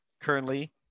Currently